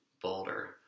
Boulder